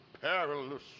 perilous